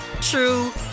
true